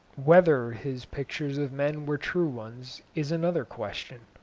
whether his pictures of men were true ones is another question.